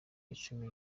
icumi